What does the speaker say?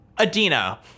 Adina